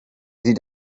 sie